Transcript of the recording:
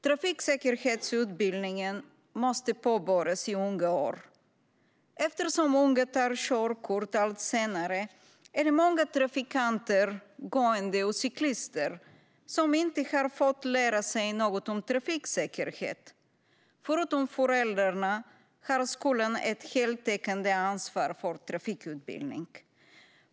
Trafiksäkerhetsutbildningen måste påbörjas i unga år. Eftersom unga tar körkort allt senare är det många trafikanter, gående och cyklister som inte har fått lära sig något om trafiksäkerhet. Förutom föräldrarna har skolan ett heltäckande ansvar för trafikutbildning.